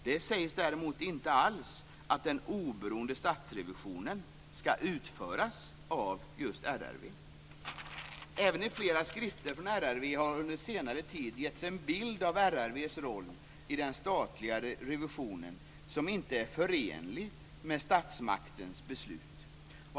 Det sägs däremot inte alls att den oberoende statsrevisionen ska utföras av just Även i flera skrifter från RRV har det under senare tid getts en bild av RRV:s roll i den statliga revisionen som inte är förenlig med statsmaktens beslut.